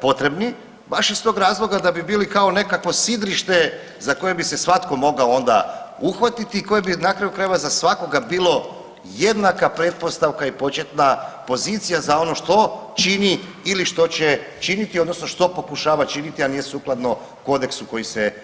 potrebni baš iz tog razloga da bi bili kao nekakvo sidrište za koje bi se svatko onda mogao uhvatiti i koje bi na kraju krajeva za svakoga bilo jednaka pretpostavka i početna pozicija za ono što čini ili što će činiti odnosno što pokušava činiti, a nije sukladno kodeksu koji se donosi.